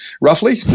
roughly